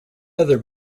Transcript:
other